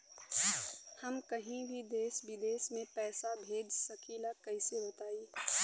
हम कहीं भी देश विदेश में पैसा भेज सकीला कईसे बताई?